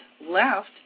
left